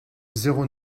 zéro